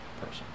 person